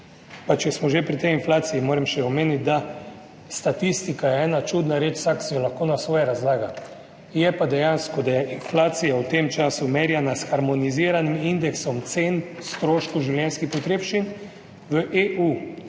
Pa če smo že pri inflaciji, moram še omeniti, da je statistika ena čudna reč, vsak si jo lahko razlaga po svoje, je pa dejstvo, da je inflacija v tem času, merjena s harmoniziranim indeksom cen stroškov življenjskih potrebščin, v EU